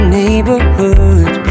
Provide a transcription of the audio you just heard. neighborhood